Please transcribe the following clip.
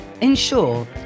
Ensure